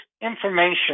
information